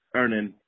earning